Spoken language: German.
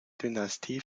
dynastie